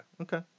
Okay